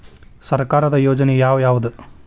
ಸರ್ಕಾರದ ಯೋಜನೆ ಯಾವ್ ಯಾವ್ದ್?